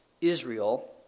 Israel